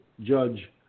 Judge